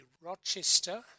Rochester